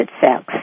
Sex